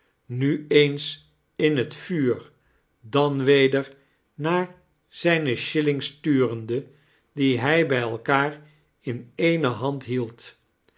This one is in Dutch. nu eens in het vuur daai weder naar zijne shillings turende die hij bij elkaar in eene hand hield